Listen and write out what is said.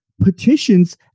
Petitions